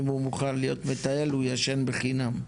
אם הוא מוכן להיות מטייל הוא ישן בחינם.